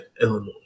Illinois